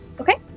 Okay